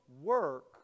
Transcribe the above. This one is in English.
work